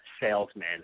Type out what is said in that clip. salesman